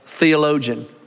theologian